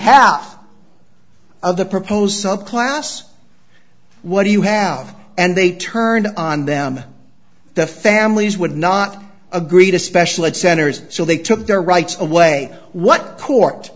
half of the proposed some class what do you have and they turned on them the families would not agree to special ed centers so they took their rights away what